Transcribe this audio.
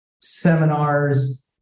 seminars